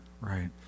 Right